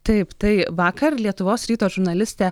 taip tai vakar lietuvos ryto žurnalistė